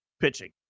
pitching